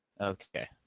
Okay